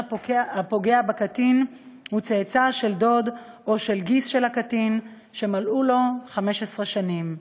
הפוגע בקטין הוא צאצא של דוד או של גיס של הקטין שמלאו לו 15 שנים.